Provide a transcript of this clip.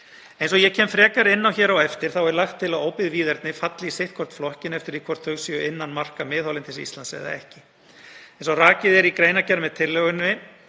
Eins og ég kem frekar inn á hér á eftir þá er lagt til að óbyggð víðerni falli í sitt hvorn flokkinn eftir því hvort þau sé innan marka miðhálendis Íslands eða ekki. Eins og rakið er í greinargerð með tillögunni